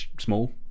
small